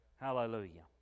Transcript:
Hallelujah